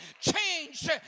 change